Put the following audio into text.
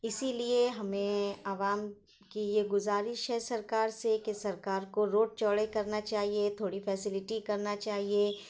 اسی لیے ہمیں عوام کی یہ گزارش ہے سرکار سے کہ سرکار کو روڈ چوڑے کرنا چاہیے تھوڑی فیسیلٹی کرنا چاہیے